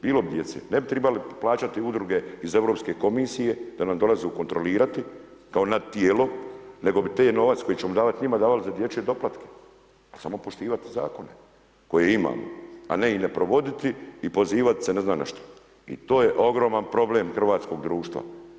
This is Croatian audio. Bilo bi djece, ne bi trebali plaćati udruge iz Europske komisije da nas dolaze kontrolirati kao nad tijelo nego bi taj novac koji ćemo davati njima, davali za dječje doplatke, ali samo poštivati zakone koje imamo a ne ih ne provoditi i pozivati se ne znam na što, i to je ogroman problem hrvatskog društva.